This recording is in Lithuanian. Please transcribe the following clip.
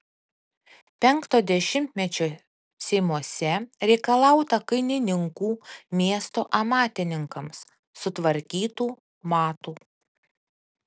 penkto dešimtmečio seimuose reikalauta kainininkų miesto amatininkams sutvarkytų matų